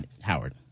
Howard